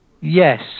Yes